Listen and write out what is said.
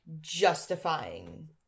justifying